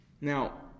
Now